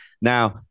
now